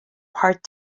part